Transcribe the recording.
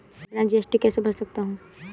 मैं अपना जी.एस.टी कैसे भर सकता हूँ?